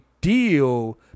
deal